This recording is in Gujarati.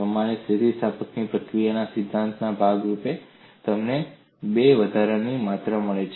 તમારી સ્થિતિસ્થાપકતા પ્રક્રિયાના સિદ્ધાંતના ભાગ રૂપે તમને બે વધારાની માત્રા મળે છે